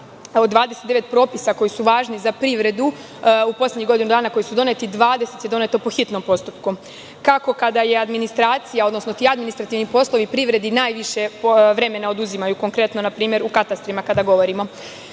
od 29 propisa koji su važni za privredu u poslednjih godinu dana, dvadeset je doneto po hitnom postupku. Kako kada je administracija, odnosno ti administrativni poslovi u privredi najviše vremena oduzimaju, konkretno, na primer u katastrima kada govorimo? Problemi